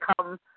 come